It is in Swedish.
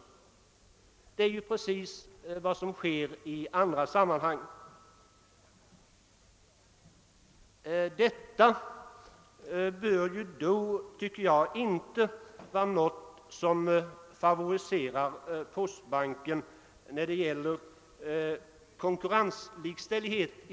Detta är precis vad som sker i andra sammanhang och kan enligt min mening inte sägas favorisera postbanken när det gäller konkurrenslikställighet.